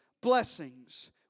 blessings